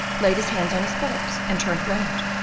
laid his hands on his bulbs, and turned round.